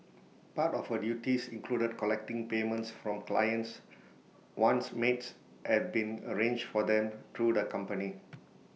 part of her duties included collecting payments from clients once maids had been arranged for them through the company